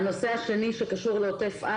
הנושא השני שקשור לעוטף הוא